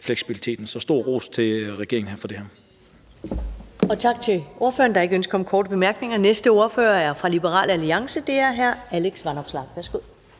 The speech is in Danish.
Så stor ros til regeringen for det her.